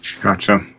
Gotcha